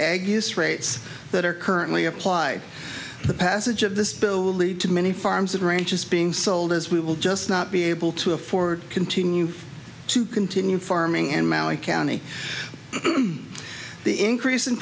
use rates that are currently applied the passage of this bill will lead to many farms and ranches being sold as we will just not be able to afford continue to continue farming and mowing county the increase in